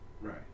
Right